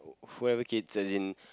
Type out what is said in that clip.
who have kids as in